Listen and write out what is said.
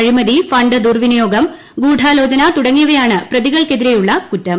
അഴിമതി ഫണ്ട് ദുർവിനിയോഗം ഗൂഡാലോചന തുടങ്ങിയവയാണ് പ്രതികൾക്കെതിരെയുള്ള കുറ്റം